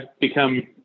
become